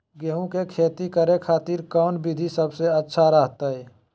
गेहूं के खेती करे खातिर कौन विधि सबसे अच्छा रहतय?